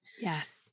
Yes